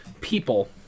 people